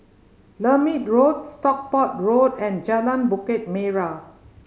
Lermit Road Stockport Road and Jalan Bukit Merah